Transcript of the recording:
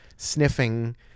Sniffing